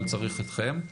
אבל צריך אתכם.